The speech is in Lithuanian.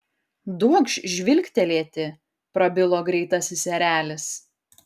duokš žvilgtelėti prabilo greitasis erelis